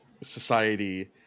society